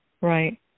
Right